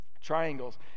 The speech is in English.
triangles